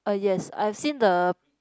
uh yes I have seen the